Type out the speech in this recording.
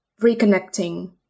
reconnecting